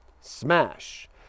smash